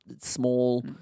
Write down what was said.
small